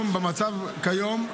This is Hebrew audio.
במצב כיום,